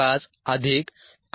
520 7